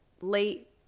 late